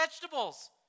vegetables